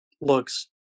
looks